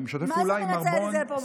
מה זה מוציאה את זה לפרובוקציה?